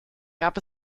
gab